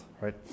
right